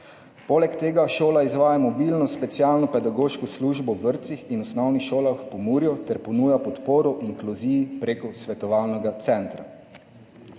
Poleg tega šola izvaja mobilno specialno pedagoško službo v vrtcih in osnovnih šolah v Pomurju ter ponuja podporo inkluziji prek svetovalnega centra.